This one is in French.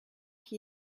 qui